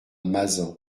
mazan